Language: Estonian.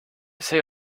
see